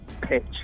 Pitch